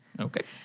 Okay